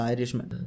Irishman